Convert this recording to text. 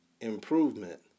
improvement